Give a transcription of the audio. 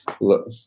look